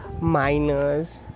miners